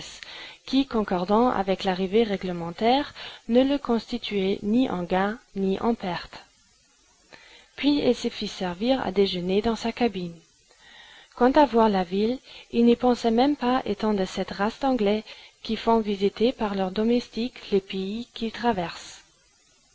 qui concordant avec l'arrivée réglementaire ne le constituait ni en gain ni en perte puis il se fit servir à déjeuner dans sa cabine quant à voir la ville il n'y pensait même pas étant de cette race d'anglais qui font visiter par leur domestique les pays qu'ils traversent